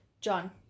John